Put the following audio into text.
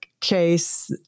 case